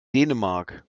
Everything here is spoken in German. dänemark